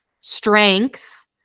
strength